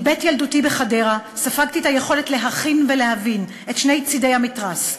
מבית ילדותי בחדרה ספגתי את היכולת להכיל ולהבין את שני צדי המתרס.